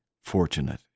fortunate